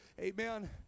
Amen